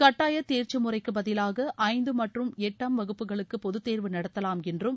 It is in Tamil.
கட்டாய தேர்க்சி முறைக்கு பதிலாக ஐந்து மற்றும் எட்டாம் வகுப்புகளுக்கு பொதுத்தேர்வு நடத்தலாம் என்றும்